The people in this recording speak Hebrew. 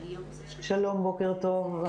שלום, בוקר טוב.